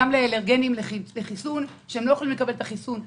וגם למי שאלרגיים לחיסון ולא יכולים לקבל את החיסון,